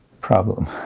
problem